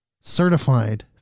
certified